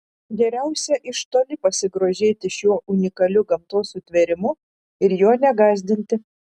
geriausia iš toli pasigrožėti šiuo unikaliu gamtos sutvėrimu ir jo negąsdinti